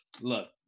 Look